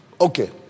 Okay